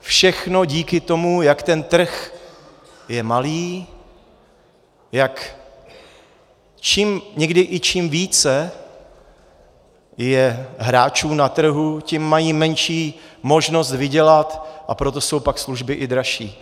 všechno díky tomu, jak ten trh je malý, jak někdy i čím více je hráčů na trhu, tím mají menší možnost vydělat, a proto jsou pak služby i dražší.